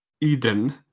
Eden